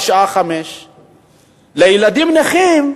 עד השעה 17:00. ילדים נכים,